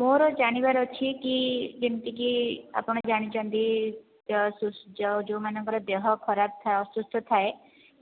ମୋ'ର ଜାଣିବାର ଅଛି କି ଯେମତିକି ଆପଣ ଜାଣିଛନ୍ତି ଯୋଉ ମାନଙ୍କର ଦେହ ଖରାପ ଥାଏ ଅସୁସ୍ଥ ଥାଏ